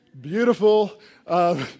Beautiful